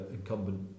incumbent